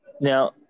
Now